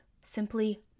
simply